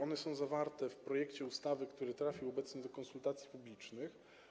One są zawarte w projekcie ustawy, który trafił obecnie do konsultacji publicznych.